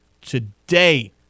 today